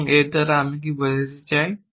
এবং এর দ্বারা আমি কী বোঝাতে চাই